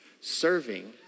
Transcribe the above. Serving